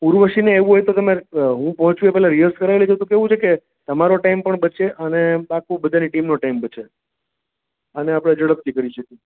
ઉર્વશી ને એવું હોય તો તમે હું પહોંચું એ પેલા રિહર્સલ કરાઈ લેજો તો કેવું છે કે તમારો ટાઈમ પણ બચે અને બાકી બધાની ટીમનો ટાઈમ બચે અને આપડે ઝડપથી કરી શકીએ